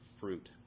fruit